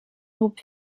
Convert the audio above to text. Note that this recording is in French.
groupe